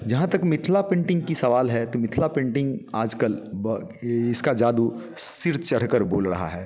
जहाँ तक मिथिला पेंटिंग की सवाल है तो मिथिला पेंटिंग आजकल इसका जादू सिर चढ़कर बोल रहा है